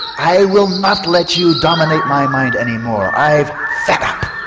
i will not let you dominate my mind any more, i'm fed up'!